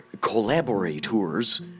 collaborators